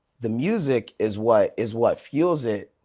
the music is what is what fuels it,